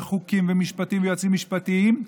וחוקים ומשפטים ויועצים משפטיים,